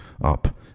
up